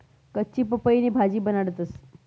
कच्ची पपईनी भाजी बनाडतंस